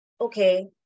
okay